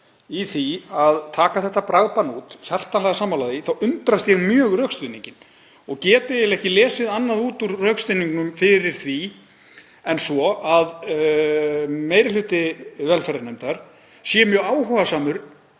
í því að taka þetta bragðbann út, hjartanlega sammála því, þá undrast ég mjög rökstuðninginn og get eiginlega ekki lesið annað út úr rökstuðningnum fyrir því en það að meiri hluti velferðarnefndar sé mjög áhugasamur